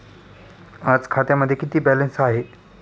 आज खात्यामध्ये किती बॅलन्स आहे?